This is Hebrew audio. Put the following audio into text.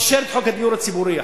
אישר את חוק הדיור הציבורי,